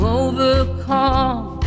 overcome